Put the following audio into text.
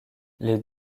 les